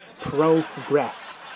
Progress